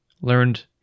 learned